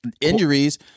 injuries